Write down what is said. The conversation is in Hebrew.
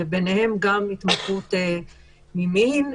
וביניהן גם התמכרות ממין.